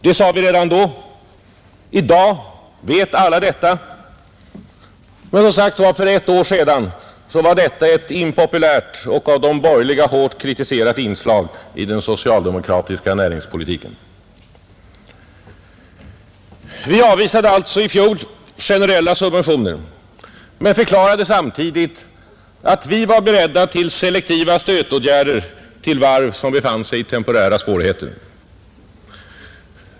Det sade vi redan då, I dag vet alla detta, men för ett år sedan var det ett impopulärt och av de borgerliga hårt kritiserat inslag i den socialdemokratiska näringspolitiken. Vi avvisade alltså i fjol generella subventioner men förklarade samtidigt att vi var beredda till selektiva stödåtgärder till varv som befann sig i temporära svårigheter.